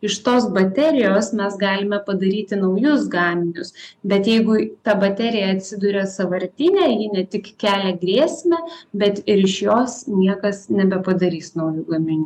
iš tos baterijos mes galime padaryti naujus gaminius bet jeigu ta baterija atsiduria sąvartyne ji ne tik kelia grėsmę bet ir iš jos niekas nebepadarys naujų gaminių